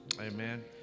Amen